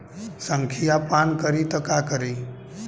संखिया पान करी त का करी?